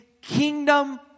kingdom